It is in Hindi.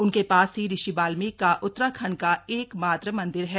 उसके पास ही ऋषि वाल्मीकि का उत्तराखण्ड का एकमात्र मन्दिर है